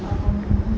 um